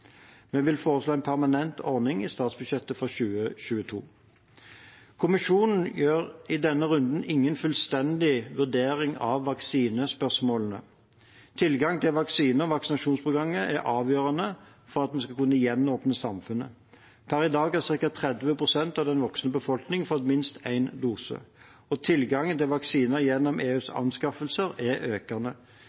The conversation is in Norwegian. Vi vil foreslå en permanent ordning i statsbudsjettet for 2022. Kommisjonen gjør i denne runden ingen fullstendig vurdering av vaksinespørsmålene. Tilgang til vaksiner og vaksinasjonsprogrammet er avgjørende for at vi skal kunne gjenåpne samfunnet. Per i dag har ca. 30 pst. av den voksne befolkningen fått minst én dose. Og tilgangen til vaksiner gjennom EUs anskaffelse er økende.